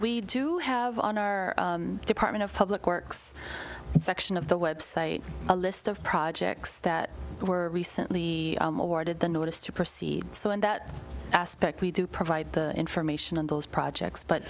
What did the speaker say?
we do have on our department of public works section of the website a list of projects that were recently awarded the notice to proceed so in that aspect we do provide information on those projects but